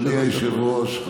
שלוש דקות.